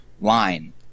line